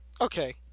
Okay